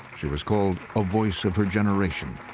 she was called a voice of her generation.